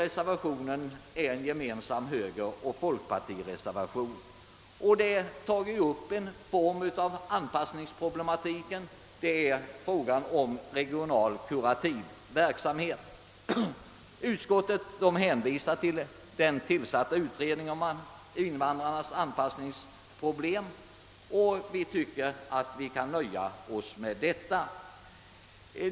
Reservation nr 3 är en gemensam folkpartioch högerreservation, i vilken frågan om den regionala kurativa verksamheten tas upp. Utskottet hänvisar till den pågående utredningen om invandrarnas anpassningsproblem. Vi inom utskottsmajoriteten anser att vi kan nöja oss med detta.